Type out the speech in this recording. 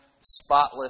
spotless